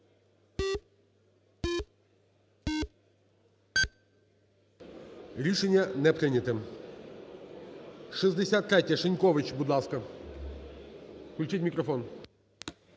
Рішення не прийнято. 63-я. Шинькович, будь ласка. Включіть мікрофон.